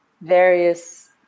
various